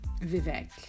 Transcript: Vivek